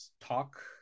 talk